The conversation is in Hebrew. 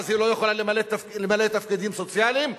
ואז היא לא יכולה למלא תפקידים סוציאליים,